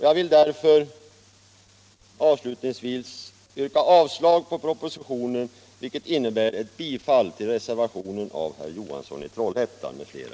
Jag vill därför yrka avslag på propositionen, vilket innebär ett bifall till reservationen av herr Johansson i Trollhättan m.fl.